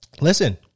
listen